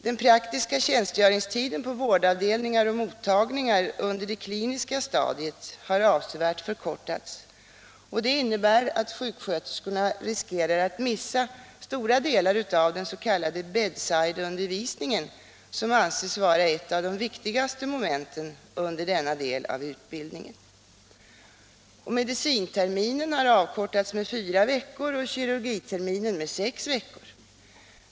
Den praktiska tjänstgöringstiden på vårdavdelningar och mottagningar under det kliniska stadiet har avsevärt förkortats. Det innebär att sjuksköterskorna riskerar att missa stora delar av den s.k. bedside-undervisningen, som anses vara ett av de viktigaste momenten under denna del av utbildningen. Medicinterminen har avkortats med fyra veckor och kirurgiterminen med sex veckor.